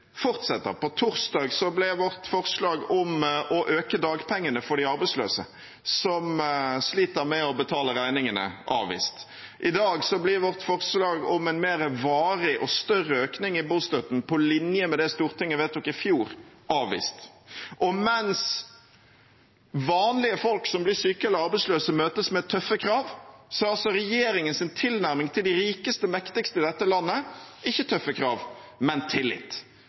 På torsdag ble vårt forslag om å øke dagpengene for de arbeidsløse som sliter med å betale regningene, avvist. I dag blir vårt forslag om en mer varig og større økning i bostøtten på linje med det Stortinget vedtok i fjor, avvist. Mens vanlige folk som blir syke eller arbeidsløse møtes med tøffe krav, er regjeringens tilnærming til de rikeste og mektigste i dette landet ikke tøffe krav, men tillit.